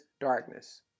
darkness